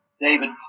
David